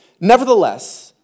Nevertheless